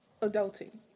adulting